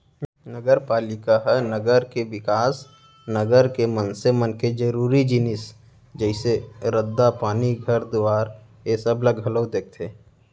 नगरपालिका ह नगर के बिकास, नगर के मनसे मन के जरुरी जिनिस जइसे रद्दा, पानी, घर दुवारा ऐ सब ला घलौ देखथे